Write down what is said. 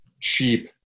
cheap